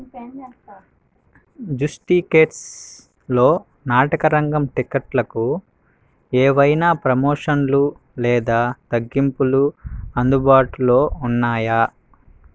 జుస్టికెట్స్లో నాటకరంగం టిక్కెట్లకు ఏవైనా ప్రమోషన్లు లేదా తగ్గింపులు అందుబాటులో ఉన్నాయా